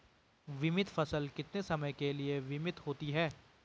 बीमित फसल कितने समय के लिए बीमित होती है?